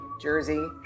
Jersey